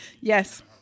Yes